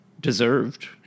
deserved